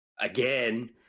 Again